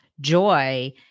joy